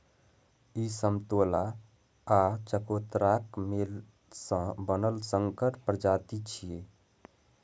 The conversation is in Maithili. ई समतोला आ चकोतराक मेल सं बनल संकर प्रजाति छियै